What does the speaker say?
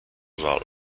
żal